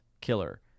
killer